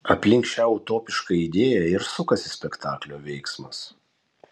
aplink šią utopišką idėją ir sukasi spektaklio veiksmas